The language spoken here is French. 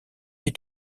est